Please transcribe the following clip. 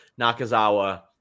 Nakazawa